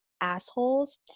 assholes